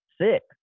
six